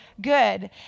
good